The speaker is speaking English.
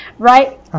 Right